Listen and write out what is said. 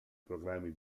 programmi